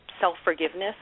self-forgiveness